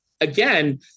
again